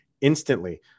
instantly